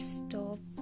stop